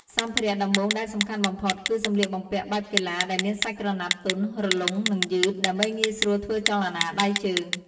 សម្ភារៈដំបូងដែលសំខាន់បំផុតគឺសម្លៀកបំពាក់បែបកីឡាដែលមានសាច់ក្រណាត់ទន់ រលុង និងយឺត ដើម្បីងាយស្រួលធ្វើចលនាដៃជើង។